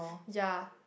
yea